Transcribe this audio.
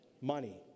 Money